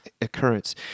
occurrence